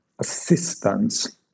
assistance